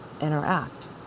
interact